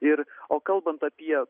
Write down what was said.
ir o kalbant apie